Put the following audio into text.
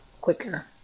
quicker